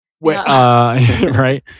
right